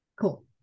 cool